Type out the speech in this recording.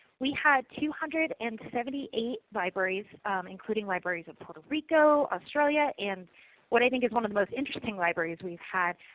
we had two hundred and seventy eight libraries including libraries in puerto rico, australia. and what i think is one of the most interesting libraries we've had,